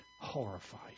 horrifies